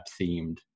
themed